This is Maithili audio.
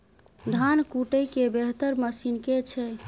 धान कुटय केँ बेहतर मशीन केँ छै?